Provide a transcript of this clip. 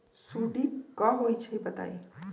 सुडी क होई छई बताई?